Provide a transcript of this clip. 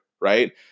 right